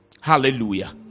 Hallelujah